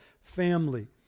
family